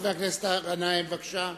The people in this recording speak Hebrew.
חבר הכנסת גנאים, בבקשה.